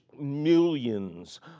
millions